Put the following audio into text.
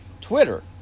Twitter